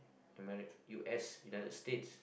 ameri~ U S United States